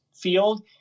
field